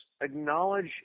acknowledge